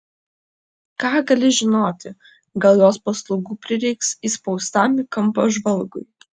ką gali žinoti gal jos paslaugų prireiks įspaustam į kampą žvalgui